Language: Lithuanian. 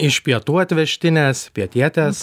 iš pietų atvežtinės pietietės